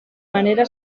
manera